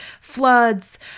floods